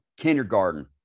kindergarten